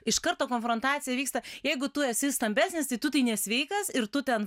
iš karto konfrontacija vyksta jeigu tu esi stambesnis tai tu tai nesveikas ir tu ten